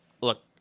Look